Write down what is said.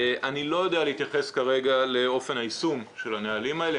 אני לא יודע להתייחס כרגע לאופן היישום של הנהלים האלה,